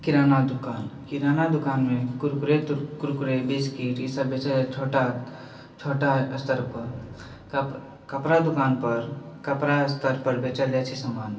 किराना दोकान किराना दोकानमे कुरकुरे बिस्किट ईसभ बेचैत छै छोटा छोटा स्तरपर कपड़ा दोकानपर कपड़ा स्तरपर बेचल जाइत छै सामान